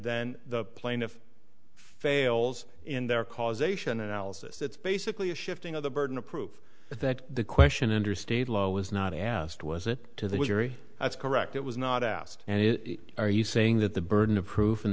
then the plaintiff fails in their causation analysis it's basically a shifting of the burden of proof that the question interstate lho was not asked was it to the jury that's correct it was not asked and it are you saying that the burden of proof